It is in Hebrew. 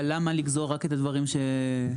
אבל למה לגזור רק את הדברים שרלוונטיים